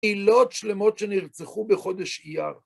קהילות שלמות שנרצחו בחודש אייר.